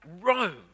Rome